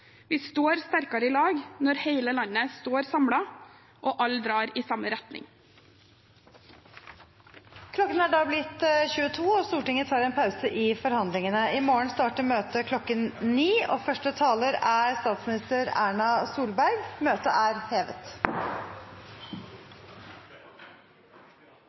Vi står sterkere i lag når hele landet står samlet og alle drar i samme retning. Klokken er da blitt 22, og Stortinget tar en pause i forhandlingene. I morgen starter møtet klokken 9, og første taler er statsminister Erna Solberg. – Møtet er hevet.